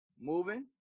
moving